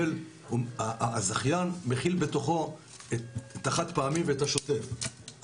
כי הזכיין מכיל בתוכו את החד פעמי ואת השוטף,